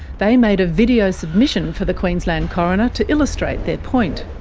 they made a video submission for the queensland coroner to illustrate their point.